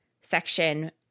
section